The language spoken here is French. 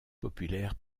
populaire